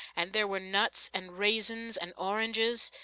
and there were nuts, and raisins, and oranges.